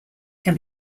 can